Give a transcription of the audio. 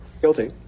Guilty